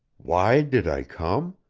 why did i come?